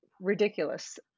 ridiculous